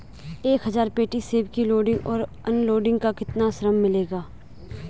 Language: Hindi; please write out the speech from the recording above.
एक हज़ार पेटी सेब की लोडिंग और अनलोडिंग का कितना श्रम मिलेगा?